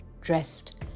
dressed